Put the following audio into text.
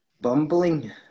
Bumbling